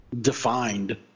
defined